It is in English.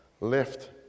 left